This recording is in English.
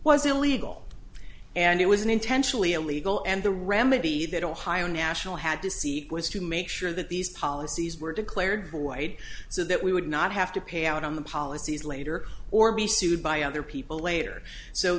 was illegal and it was an intentionally illegal and the remedy that ohio national had to seek was to make sure that these policies were declared void so that we would not have to pay out on the policies later or be sued by other people later so